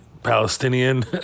Palestinian